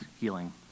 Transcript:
healing